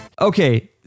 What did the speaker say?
Okay